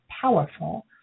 powerful